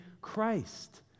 Christ